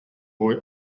boy